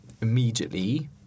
immediately